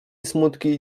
smutki